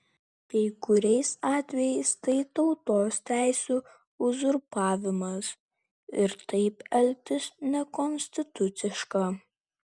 kai kuriais atvejais tai tautos teisių uzurpavimas ir taip elgtis nekonstituciška